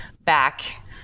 back